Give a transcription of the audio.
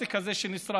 הפלסטיק הזה שנשרף,